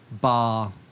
bar